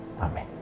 Amen